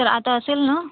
तर आता असेल ना